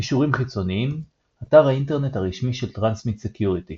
קישורים חיצוניים אתר האינטרנט הרשמי של טרנסמיט סקיוריטי